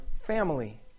family